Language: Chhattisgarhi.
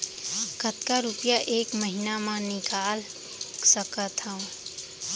कतका रुपिया एक महीना म निकाल सकथव?